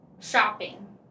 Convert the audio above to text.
shopping